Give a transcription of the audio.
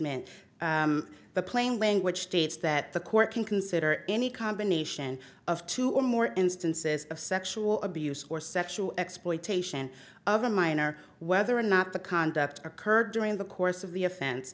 meant the plain language states that the court can consider any combination of two or more instances of sexual abuse or sexual exploitation of a minor whether or not the conduct occurred during the course of the offen